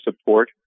support